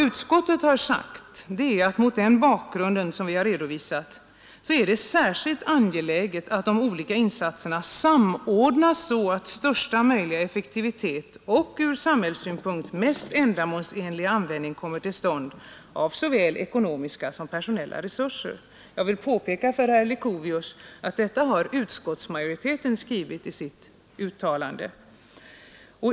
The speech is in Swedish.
Utskottet säger att det mot den bakgrund vi redovisat är särskilt angeläget att de olika insatserna samordnas, så att största möjliga effektivitet och ur samhällssynpunkt mest ändamålsenliga användning kommer till stånd av såväl ekonomiska som personella resurser. Jag vill särskilt för herr Leuchovius påpeka att utskottsmajoriteten skrivit detta i sitt uttalande.